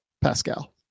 Pascal